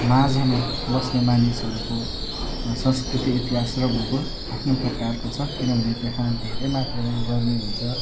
माझमा बस्ने मानिसहरूको संस्कृति इतिहास र भूगोल आफ्नै प्रकारको छ किनभने त्यहाँ धेरै मात्रामा गर्मी हुन्छ